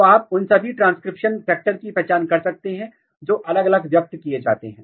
तो आप उन सभी ट्रांसक्रिप्शन कारकों की पहचान कर सकते हैं जो अलग अलग व्यक्त किए जाते हैं